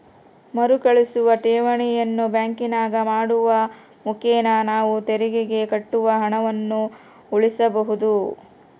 ಮರುಕಳಿಸುವ ಠೇವಣಿಯನ್ನು ಬ್ಯಾಂಕಿನಾಗ ಮಾಡುವ ಮುಖೇನ ನಾವು ತೆರಿಗೆಗೆ ಕಟ್ಟುವ ಹಣವನ್ನು ಉಳಿಸಬಹುದು